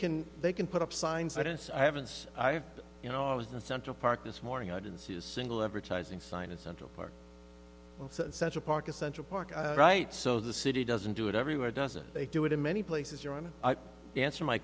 can they can put up signs i didn't i haven't i have you know i was in central park this morning i didn't see a single advertising sign in central park central park in central park right so the city doesn't do it everywhere doesn't they do it in many places your own answer my